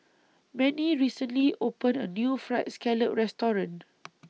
Manie recently opened A New Fried Scallop Restaurant